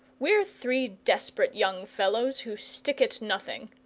we're three desperate young fellows who stick at nothing.